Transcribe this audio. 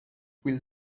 will